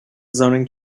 zoning